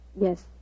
Yes